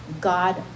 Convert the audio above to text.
God